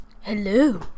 hello